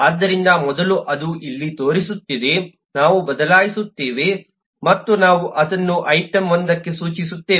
ಆದ್ದರಿಂದ ಮೊದಲು ಅದು ಇಲ್ಲಿ ತೋರಿಸುತ್ತಿದೆ ನಾವು ಬದಲಾಯಿಸುತ್ತೇವೆ ಮತ್ತು ನಾವು ಅದನ್ನು ಐಟಂ 1 ಗೆ ಸೂಚಿಸುತ್ತೇವೆ